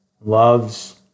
loves